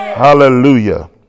Hallelujah